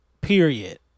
period